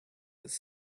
his